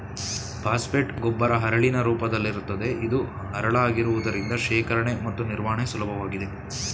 phosphate ಗೊಬ್ಬರ ಹರಳಿನ ರೂಪದಲ್ಲಿರುತ್ತದೆ ಇದು ಹರಳಾಗಿರುವುದರಿಂದ ಶೇಖರಣೆ ಮತ್ತು ನಿರ್ವಹಣೆ ಸುಲಭವಾಗಿದೆ